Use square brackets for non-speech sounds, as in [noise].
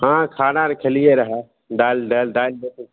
हाँ खाना आर खेलियैरहऽ दालि डालि [unintelligible]